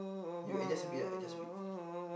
you adjust a bit ah adjust a bit